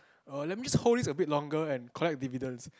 err let me just hold this a bit longer and collect dividend